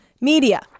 media